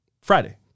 friday